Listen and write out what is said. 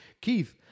Keith